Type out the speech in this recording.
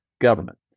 government